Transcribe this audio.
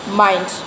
mind